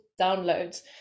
downloads